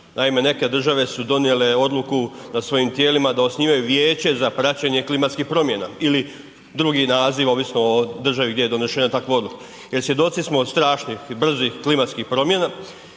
Naime, neke države su donijele odluku da svojim tijelima da osnivaju vijeće za praćenje klimatskih promjena ili drugi naziv ovisno o državi gdje je donešena takva odluka, jer svjedoci smo od strašnih i brzih klimatskih promjena